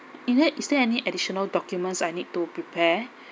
you know is there any additional documents I need to prepare